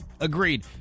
Agreed